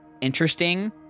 interesting